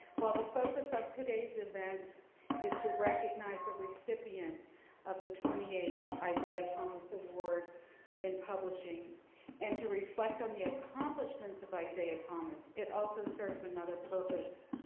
well the focus of today's event is to recognize the recipient of the twenty eighth isaiah thomas award in publishing and to reflect on the accomplishments of isaiah thomas, it also serves another purpose.